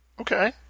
Okay